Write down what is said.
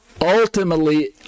ultimately